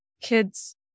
kids